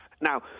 Now